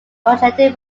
originating